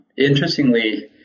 Interestingly